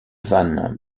van